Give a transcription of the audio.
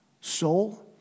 soul